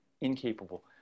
incapable